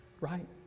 Right